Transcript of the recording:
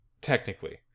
technically